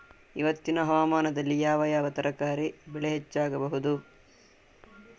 ಇವತ್ತಿನ ಹವಾಮಾನದಲ್ಲಿ ಯಾವ ಯಾವ ತರಕಾರಿ ಬೆಳೆ ಹೆಚ್ಚಾಗಬಹುದು?